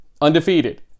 undefeated